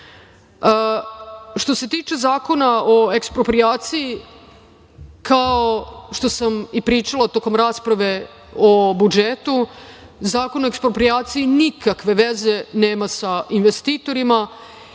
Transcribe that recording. se tiče Zakona o eksproprijaciji, kao što sam i pričala tokom rasprave o budžetu, Zakon o eksproprijaciji nikakve veze nema sa investitorima,